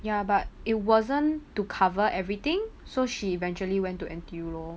ya but it wasn't to cover everything so she eventually went to N_T_U lor